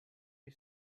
you